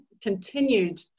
continued